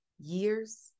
years